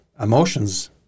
emotions